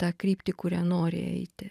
tą kryptį kuria nori eiti